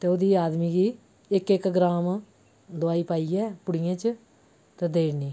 ते ओह्दी आदमी गी इक इक ग्राम दोआई पाइयै पुड़ियें च ते देई ओड़नी